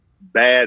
bad